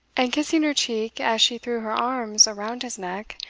and kissing her cheek as she threw her arms round his neck,